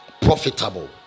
profitable